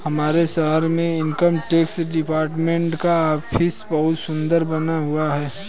हमारे शहर में इनकम टैक्स डिपार्टमेंट का ऑफिस बहुत सुन्दर बना हुआ है